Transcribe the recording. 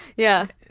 yeah.